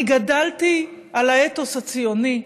אני גדלתי על האתוס הציוני.